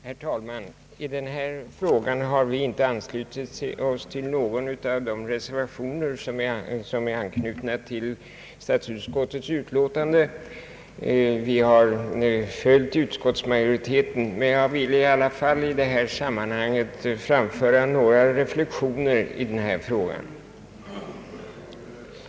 Herr talman! I denna fråga har vi inte anslutit oss till någon av de reservationer som är knutna till statsutskottets utlåtande utan följt utskottsmajoriteten. Jag vill ändå framföra några reflektioner i frågan.